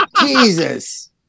Jesus